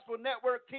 Network